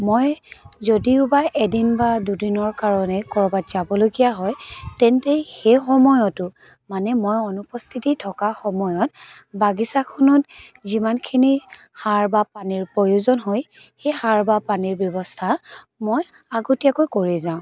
মই যদিওবা এদিন বা দুদিনৰ কাৰণে ক'ৰবাত যাবলগীয়া হয় তেন্তে সেই সময়তো মানে মই অনুপস্থিত থকা সময়ত বাগিচাখনত যিমানখিনি সাৰ বা পানীৰ প্ৰয়োজন হয় সেই সাৰ বা পানীৰ ব্যৱস্থা মই আগতিয়াকৈ কৰি যাওঁ